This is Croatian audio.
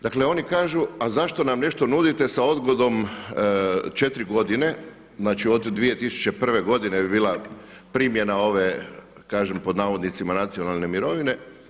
Dakle oni kažu a zašto nam nešto nudite sa odgodom 4 godine znači od … bila primjena ove kažem pod navodnicima nacionalne mirovine.